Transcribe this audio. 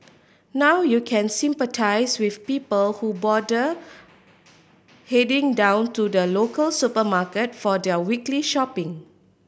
now you can sympathise with people who bother heading down to the local supermarket for their weekly shopping